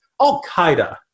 Al-Qaeda